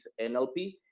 NLP